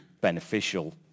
beneficial